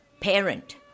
parent